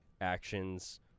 actions